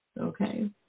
Okay